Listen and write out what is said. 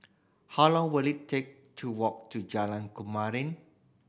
how long will it take to walk to Jalan Kemuning